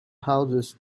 houses